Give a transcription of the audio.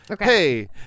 Hey